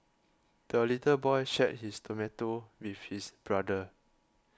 the little boy shared his tomato with his brother